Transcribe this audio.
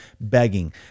begging